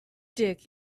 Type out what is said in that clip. dick